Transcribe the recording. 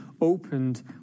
opened